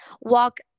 walk